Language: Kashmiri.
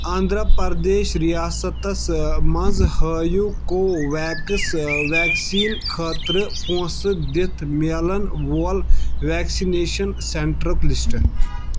آنٛدھرا پرٛدیش ریاستس منٛز ہٲیِو کوویٚکس ویکسیٖن خٲطرٕ پونٛسہٕ دِتھ میلن وول ویکسِنیشن سینٹرُک لسٹ